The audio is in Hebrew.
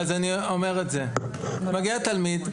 מגיע תלמיד,